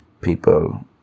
people